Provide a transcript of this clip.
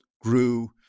grew